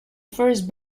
first